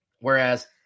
whereas